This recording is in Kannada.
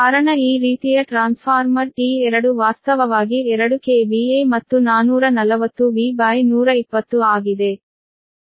ಕಾರಣ ಈ ರೀತಿಯ ಟ್ರಾನ್ಸ್ಫಾರ್ಮರ್ T2 ವಾಸ್ತವವಾಗಿ 2 KVA ಮತ್ತು 440V120 ಆಗಿದೆ